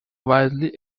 widely